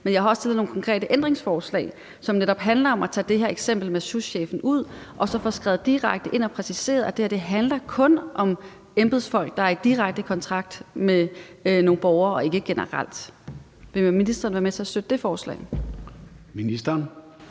Men jeg har også stillet nogle konkrete ændringsforslag, som netop handler om at tage det her eksempel med souschefen ud og så få skrevet direkte ind og præciseret, at det her kun handler om embedsfolk, der er i direkte kontakt med nogle borgere, og ikke generelt. Vil ministeren være med til at støtte det forslag? Kl.